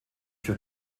für